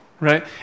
Right